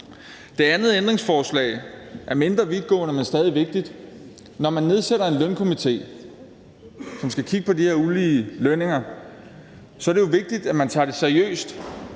Det andet ændringsforslag er mindre vidtgående, men stadig vigtigt. Når man nedsætter en lønstrukturkomité, som skal kigge på de her ulige lønninger, så er det jo vigtigt, at man tager det seriøst,